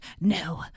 no